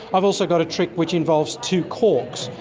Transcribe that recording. i've also got a trick which involves two corks,